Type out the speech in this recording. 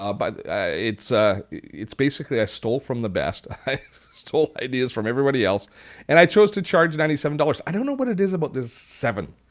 um but it's ah it's basically i stole from the best. i stole ideas from every else and i chose to charge ninety seven dollars. i don't know what it is about this seven.